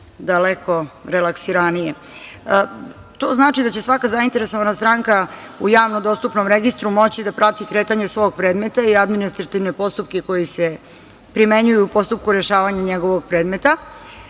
daleko relaksiranije. To znači da će svaka zainteresovana stranka u javno dostupnom registru moći da prati kretanje svog predmeta i administrativne postupke koji se primenjuju u postupku rešavanja njegovog predmeta.